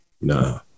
Nah